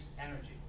energy